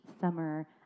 summer